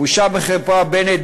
בושה וחרפה, בנט.